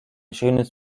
schönes